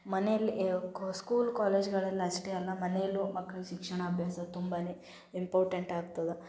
ಮನೇಲಿ ಎ ಕು ಸ್ಕೂಲ್ ಕಾಲೇಜ್ಗಳಲ್ಲಿ ಅಷ್ಟೇ ಅಲ್ಲ ಮನೆಯಲ್ಲೂ ಮಕ್ಳು ಶಿಕ್ಷಣ ಅಭ್ಯಾಸ ತುಂಬನೇ ಇಂಪಾರ್ಟೆಂಟ್ ಆಗ್ತದೆ